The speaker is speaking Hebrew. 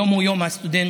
היום הוא יום הסטודנט,